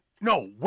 No